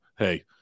hey